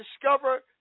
discover